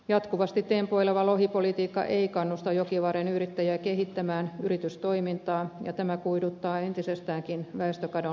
jatkuvasti tempoileva lohipolitiikka ei kannusta jokivarren yrittäjiä kehittämään yritystoimintaa ja tämä kuihduttaa entisestäänkin väestökadon leimaamaa aluetta